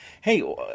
Hey